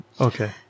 Okay